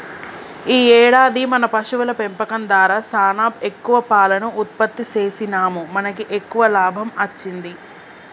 ఈ ఏడాది మన పశువుల పెంపకం దారా సానా ఎక్కువ పాలను ఉత్పత్తి సేసినాముమనకి ఎక్కువ లాభం అచ్చింది